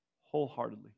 wholeheartedly